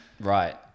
right